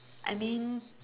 I mean